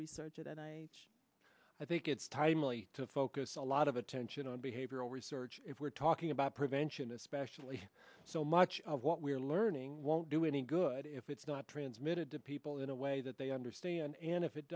research and i i think it's timely to focus a lot of attention on behavioral research if we're talking about prevention especially so much of what we're learning won't do any good if it's not transmitted to people in a way that they understand and if it